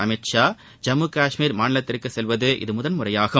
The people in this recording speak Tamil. அமித்ஷா ஜம்மு காஷ்மீர் மாநிலத்திற்கு செல்வது இது முதன்முறையாகும்